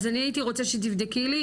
רוצה שתבדקי לי,